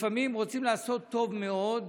לפעמים רוצים לעשות טוב מאוד,